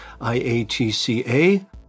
IATCA